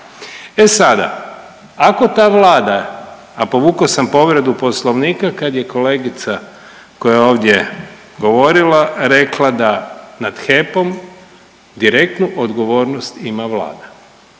E sada ako ta Vlada, a povuko sam povredu poslovnika kad je kolegica koja je ovdje govorila rekla da nad HEP-om direktnu odgovornost ima Vlada,